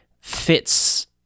fits